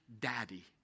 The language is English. Daddy